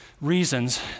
reasons